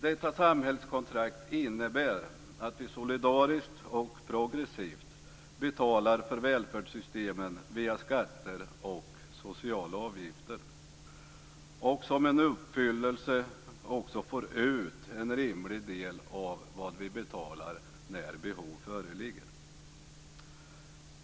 Detta samhällskontrakt innebär att vi solidariskt och progressivt betalar för välfärdssystemen via skatter och sociala avgifter och som en uppfyllelse också får ut en rimlig del av vad vi betalar när behov föreligger.